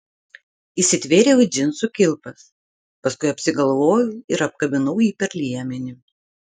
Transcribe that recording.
įsitvėriau į džinsų kilpas paskui apsigalvojau ir apkabinau jį per liemenį